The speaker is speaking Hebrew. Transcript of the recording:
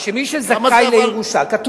כי זה מנוגד להלכה.